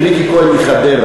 ריקי כהן מחדרה,